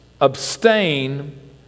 abstain